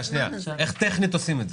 איך טכנית עושים את זה?